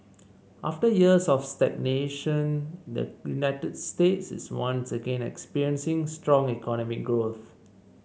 after years of stagnation the United States is once again experiencing strong economic growth